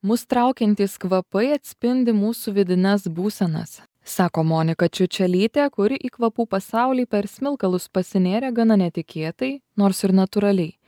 mus traukiantys kvapai atspindi mūsų vidines būsenas sako monika čiučelytė kuri į kvapų pasaulį per smilkalus pasinėrė gana netikėtai nors ir natūraliai